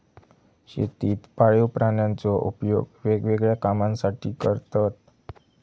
शेतीत पाळीव प्राण्यांचो उपयोग वेगवेगळ्या कामांसाठी करतत